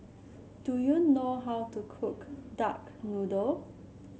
do you know how to cook Duck Noodle